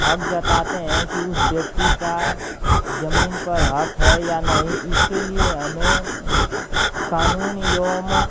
हक़ जताते हैं कि उस व्यक्ति का ज़मीन पर हक़ है या नहीं इसके लिए हमें कानून एवं